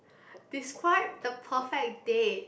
describe the perfect date